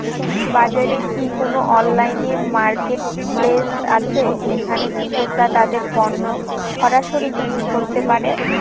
বাজারে কি কোন অনলাইন মার্কেটপ্লেস আছে যেখানে কৃষকরা তাদের পণ্য সরাসরি বিক্রি করতে পারে?